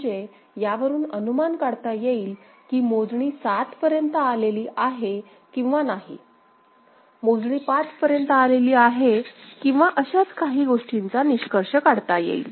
म्हणजे यावरून अनुमान काढता येईल की मोजणी सात पर्यंत आलेली आहे किंवा नाही मोजणी पाच पर्यंत आलेली आहे किंवा अशाच काही गोष्टींचा निष्कर्ष काढता येईल